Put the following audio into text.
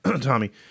Tommy